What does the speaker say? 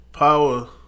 Power